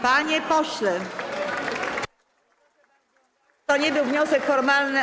Panie pośle, to nie był wniosek formalny.